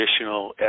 additional